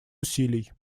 усилий